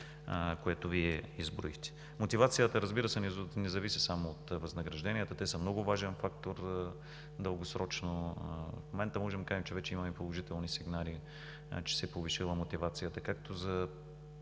което Вие изброихте. Мотивацията, разбира се, не зависи само от възнагражденията. Те дългосрочно са много важен фактор. В момента можем да кажем, че имаме положителни сигнали, че се е повишила мотивацията